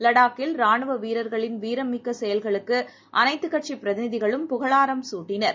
லடாக்கில் ராணுவவீரர்களின் வீரமிக்கசெயல்களுக்குஅனைத்துக் கட்சிபிரதிநிதிகளும் புகழாரம் சூட்டினர்